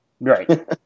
Right